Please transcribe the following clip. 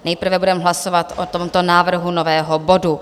Nejprve budeme hlasovat o tomto návrhu nového bodu.